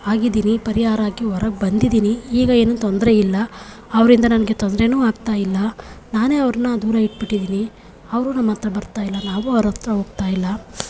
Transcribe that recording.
ಆಗಿದೀನಿ ಪರಿಹಾರ ಆಗಿ ಹೊರಗ್ ಬಂದಿದೀನಿ ಈಗ ಏನು ತೊಂದರೆಯಿಲ್ಲ ಅವರಿಂದ ನನಗೆ ತೊಂದ್ರೆಯೂ ಆಗ್ತಾಯಿಲ್ಲ ನಾನೇ ಅವರನ್ನ ದೂರ ಇಟ್ಬಿಟ್ಟಿದ್ದೀನಿ ಅವರು ನಮ್ಮ ಹತ್ರ ಬರ್ತಾಯಿಲ್ಲ ನಾವು ಅವ್ರ ಹತ್ರ ಹೋಗ್ತಾಯಿಲ್ಲ